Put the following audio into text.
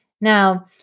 Now